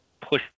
push